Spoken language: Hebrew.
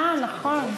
אה, נכון.